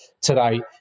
today